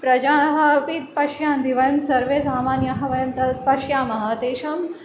प्रजाः अपि पश्यन्ति वयं सर्वे सामान्याः वयं तत् पश्यामः तेषां